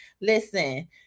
Listen